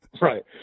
Right